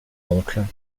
oncle